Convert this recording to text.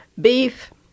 beef